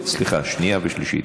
שנייה ושלישית.